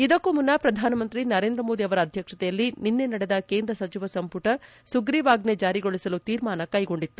ಇದಕ್ಕೂ ಮುನ್ನ ಪ್ರಧಾನಮಂತ್ರಿ ನರೇಂದ್ರ ಮೋದಿ ಅವರ ಅಧ್ಯಕ್ಷತೆಯಲ್ಲಿ ನಿನ್ನೆ ನಡೆದ ಕೇಂದ್ರ ಸಚಿವ ಸಂಪುಟ ಸುಗ್ರೀವಾಜ್ಞೆ ಜಾರಿಗೊಳಿಸಲು ತೀರ್ಮಾನ ಕೈಗೊಂಡಿತ್ತು